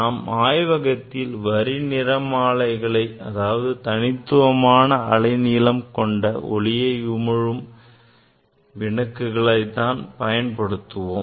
நாம் ஆய்வகத்தில் வரி நிறமாலைகளை அதாவது தனித்துவமான அலைநீளம் கொண்ட ஒளியை உமிழும் விளக்குகளை தான் பயன்படுத்துவோம்